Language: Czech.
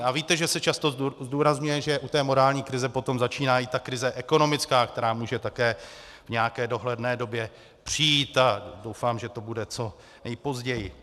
A víte, že se často zdůrazňuje, že u té morální krize potom začíná i ta krize ekonomická, která může také v nějaké dohledné době přijít, a doufám, že to bude co nejpozději.